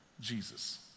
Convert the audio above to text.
Jesus